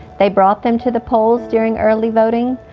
they brought them to the polls during early voting,